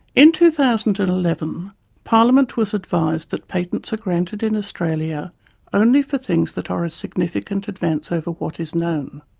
in two thousand and eleven parliament was advised that patents are granted in australia only for things that are a significant advance over over what is known.